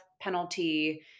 penalty